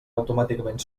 automàticament